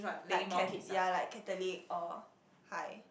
like cat~ ya like Catholic or High